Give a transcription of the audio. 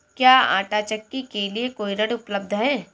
क्या आंटा चक्की के लिए कोई ऋण उपलब्ध है?